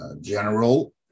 general